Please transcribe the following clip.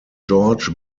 george